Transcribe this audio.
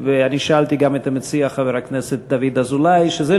משטרת התנועה הארצית כשלה,